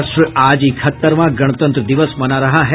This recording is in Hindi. राष्ट्र आज इकहत्तरवां गणतंत्र दिवस मना रहा है